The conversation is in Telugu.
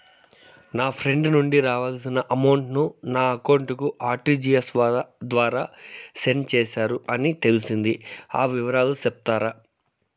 నా ఫ్రెండ్ నుండి రావాల్సిన అమౌంట్ ను నా అకౌంట్ కు ఆర్టిజియస్ ద్వారా సెండ్ చేశారు అని తెలిసింది, ఆ వివరాలు సెప్తారా?